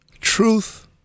truth